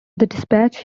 dispatch